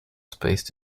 space